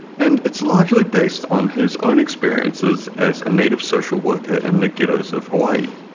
and it's largely based on his own experiences as a native social worker in the ghettos of hawaii.